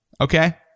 Okay